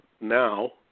now